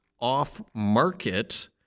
off-market